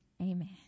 Amen